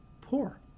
poor